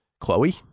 Chloe